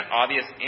obvious